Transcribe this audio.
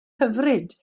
hyfryd